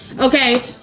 okay